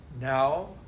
Now